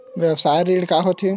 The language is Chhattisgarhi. व्यवसाय ऋण का होथे?